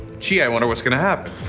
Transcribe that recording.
gee, i wonder what's gonna happen.